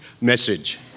message